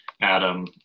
Adam